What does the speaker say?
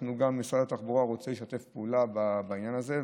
משרד התחבורה רוצה לשתף פעולה בעניין הזה,